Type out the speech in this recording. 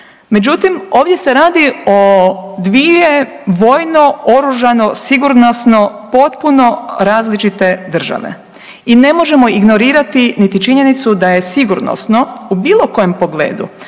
Međutim, ovdje se radi o dvije vojno, oružano, sigurnosno potpunu različite države i ne možemo ignorirati niti činjenicu da je sigurnosno u bilo kojem pogledu,